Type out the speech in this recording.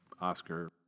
Oscar